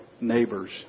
neighbors